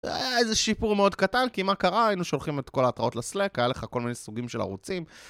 היה איזה שיפור מאוד קטן, כי מה קרה? היינו שולחים את כל ההתרעות ל-Slack, היה לך כל מיני סוגים של ערוצים